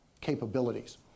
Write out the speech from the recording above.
capabilities